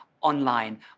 online